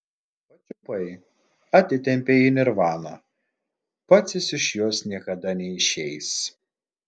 pačiupai atitempei į nirvaną pats jis iš jos niekada neišeis